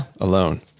Alone